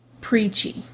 preachy